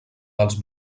dels